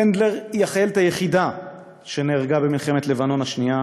טנדלר היא החיילת היחידה שנהרגה במלחמת לבנון השנייה.